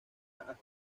hasta